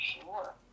sure